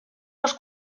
los